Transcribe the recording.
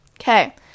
Okay